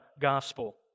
gospel